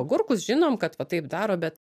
agurkus žinom kad va taip daro bet